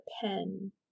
pen